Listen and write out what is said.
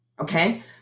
okay